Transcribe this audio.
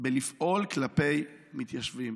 בלפעול כלפי מתיישבים.